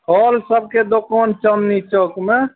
फल सबके दोकान चाँदनी चौकमे